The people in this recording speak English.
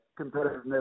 competitiveness